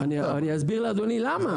אני אסביר לאדוני למה.